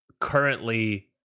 currently